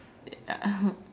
ya